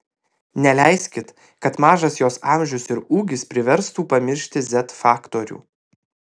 neleiskit kad mažas jos amžius ir ūgis priverstų pamiršti z faktorių